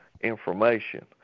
information